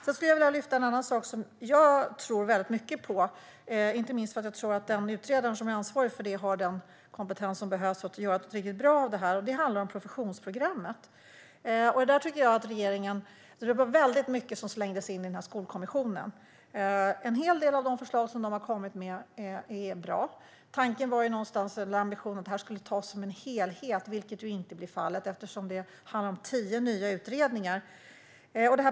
Jag skulle vilja lyfta fram en annan sak som jag tror mycket på, inte minst för att jag tror att den utredare som är ansvarig för detta har den kompetens som behövs för att göra något riktigt bra av det. Det handlar om professionsprogrammet. Det var väldigt mycket som regeringen slängde in i Skolkommissionen. En hel del av de förslag som den har kommit med är bra. Men ambitionen var att detta skulle tas som en helhet, vilket inte blir fallet eftersom det handlar om tio nya utredningar.